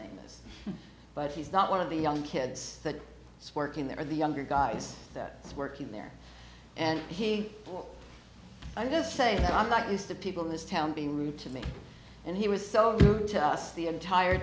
name is but he's not one of the young kids that it's working there or the younger guys that are working there and he or i just say that i'm not used to people in this town being rude to me and he was so good to us the entire